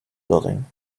building